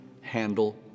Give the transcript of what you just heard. handle